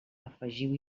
afegiu